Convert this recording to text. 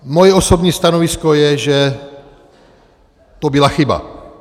Moje osobní stanovisko je, že to byla chyba.